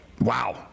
Wow